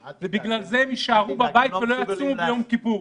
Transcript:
ובגלל זה יישארו בבית ולא יצומו ביום כיפור.